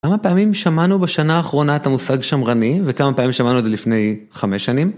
כמה פעמים שמענו בשנה האחרונה את המושג שמרני וכמה פעמים שמענו את זה לפני חמש שנים?